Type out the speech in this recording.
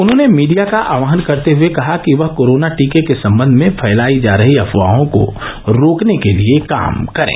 उन्होंने मीडिया का आहवान करते हये कहा कि वह कोरोना टीके के सम्बन्ध में फैलाई जा रही अफवाहों को रोकने के लिये काम करे